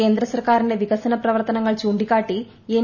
കേന്ദ്രസർക്കാരിന്റെ വികസന പ്രവർത്തനങ്ങൾ ചൂണ്ടിക്കാട്ടി എൻ